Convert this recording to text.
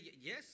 yes